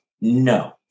No